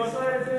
הוא עשה את זה,